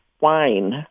wine